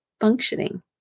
functioning